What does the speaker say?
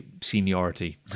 seniority